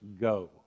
go